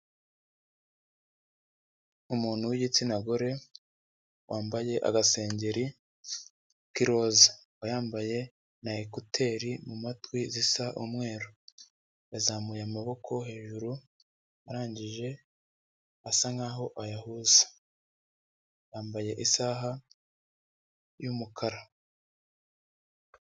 Umuntu w'igitsinagore wambaye agasengeri k'iroza, akaba yambaye n'ekuteri mu matwi zisa umweru, yazamuye amaboko hejuru arangije asa nkaho ayahuza, yambaye isaha y'umukara.